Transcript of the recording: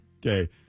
Okay